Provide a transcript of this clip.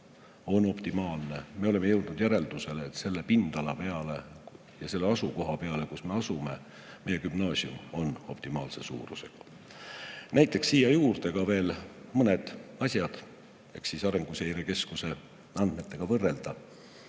on optimaalne. Me oleme jõudnud järeldusele, et selle pindala juures ja selles asukohas, kus me asume, meie gümnaasium on optimaalse suurusega. Näiteks toon siia juurde ka mõned asjad, et Arenguseire Keskuse andmetega võrrelda.